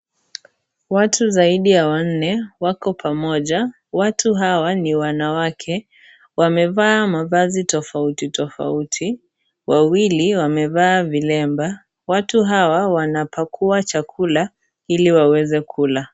Watu zaidi ya wanne wako pamoja, watu hawa ni wanawake wamevaa mavazi tofauti tofauti, wawili wamevaa vilemba, watu hawa wanapakua chakula ili waweze kula.